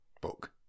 book